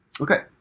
Okay